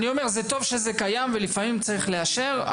טוב שזה קיים ולפעמים צריך לאשר.